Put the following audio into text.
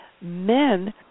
men